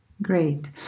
Great